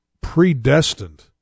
predestined